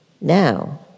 now